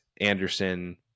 Anderson